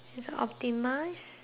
timized